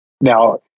Now